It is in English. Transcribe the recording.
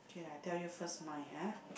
okay lah I tell you first mine ah